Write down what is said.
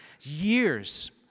years